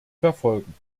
verfolgen